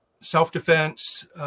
self-defense